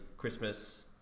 Christmas